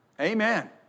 Amen